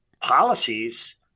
policies